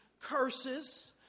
curses